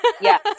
Yes